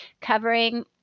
covering